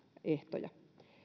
ehtoja